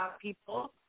people